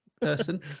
person